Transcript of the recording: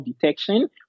detection